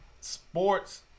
sports